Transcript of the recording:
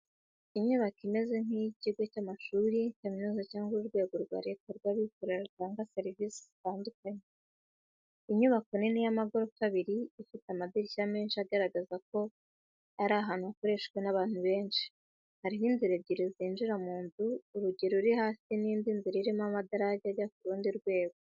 Inyubako imeze nk'iy’ikigo cy’amashuri, kaminuza, cyangwa urwego rwa leta rw'abikorera rutanga serivisi zitandukanye. Inyubako nini y’amagorofa abiri, ifite amadirishya menshi agaragaza ko ari ahantu hakoreshwa n’abantu benshi. Hariho inzira ebyiri zinjira mu nzu, urugi ruri hasi n’indi nzira irimo amadarajyi ijya ku rundi rwego.